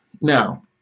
Now